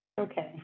Okay